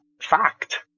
fact